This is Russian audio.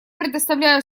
предоставляю